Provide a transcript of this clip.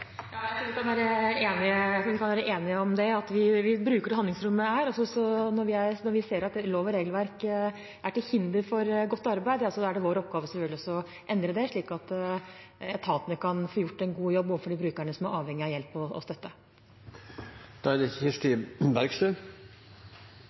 Ja, jeg tror vi kan være enige om at vi bruker det handlingsrommet som er, og når vi ser at lov og regelverk er til hinder for godt arbeid, er det selvfølgelig vår oppgave å endre det slik at etatene kan få gjort en god jobb overfor de brukerne som er avhengige av hjelp og støtte. Flytting er